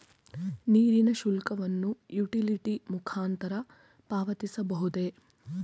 ನೀರಿನ ಶುಲ್ಕವನ್ನು ಯುಟಿಲಿಟಿ ಮುಖಾಂತರ ಪಾವತಿಸಬಹುದೇ?